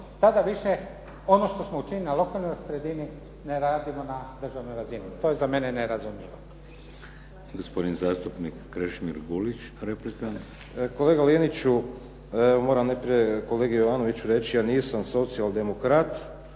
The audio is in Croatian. kada više ono što smo učinili na lokalnoj sredini ne radimo na državnoj razini. To je za mene nerazumljivo.